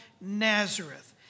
Nazareth